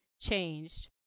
changed